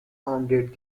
founded